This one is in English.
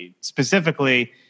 Specifically